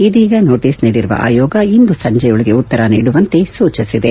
ಇದೀಗ ನೋಟಿಸ್ ನೀಡಿರುವ ಆಯೋಗ ಇಂದು ಸಂಜೆಯೊಳಗೆ ಉತ್ತರ ನೀಡುವಂತೆ ಸೂಚನೆ ನೀಡಿದೆ